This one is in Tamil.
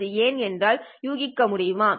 அது ஏன் என்று யூகிக்க முடியுமா